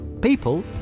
people